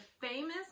famous